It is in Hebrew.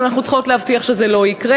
ואנחנו צריכות להבטיח שזה לא יקרה.